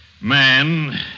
man